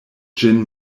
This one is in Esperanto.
ĝin